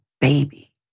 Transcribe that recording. baby